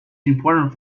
important